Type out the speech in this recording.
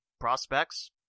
prospects